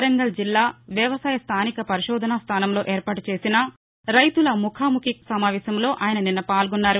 వరంగల్ జిల్లా వ్యవసాయ స్దానిక పరిశోధన స్థానంలో ఏర్పాటుచేసిన రైతుల ముఖాముఖి సమావేశంలో ఆయన నిన్న పాల్గొన్నారు